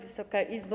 Wysoka Izbo!